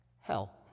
Hell